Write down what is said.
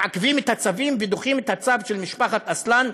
מעכבים את הצווים ודוחים את הצו של משפחת אסלאן,